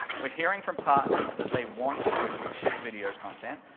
we're hearing from partners that they want to ship video content,